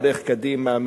הולך קדימה,